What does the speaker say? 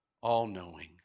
all-knowing